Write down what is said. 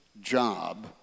job